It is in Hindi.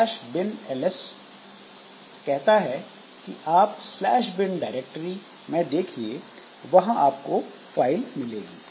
यह binls कहता है कि आप स्लैश बिन डायरेक्टरी में देखिए वहां आपको फाइल मिलेगी